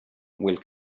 will